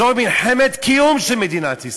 זו מלחמת קיום של מדינת ישראל.